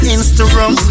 Instagram